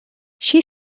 she